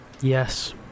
Yes